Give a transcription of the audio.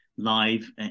live